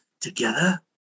Together